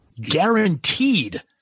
guaranteed